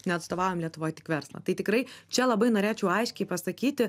neatstovaujam lietuvoj tik verslą tai tikrai čia labai norėčiau aiškiai pasakyti